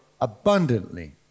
abundantly